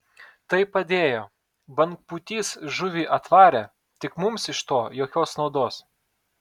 tai padėjo bangpūtys žuvį atvarė tik mums iš to jokios naudos